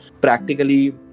practically